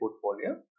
portfolio